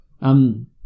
Um-